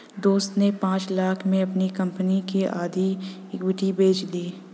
दोस्त ने पांच लाख़ में अपनी कंपनी की आधी इक्विटी बेंच दी